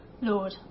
Lord